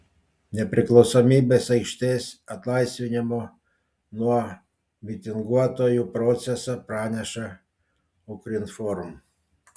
nepriklausomybės aikštės atlaisvinimo nuo mitinguotojų procesą praneša ukrinform